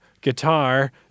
guitar